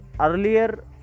earlier